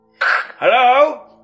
Hello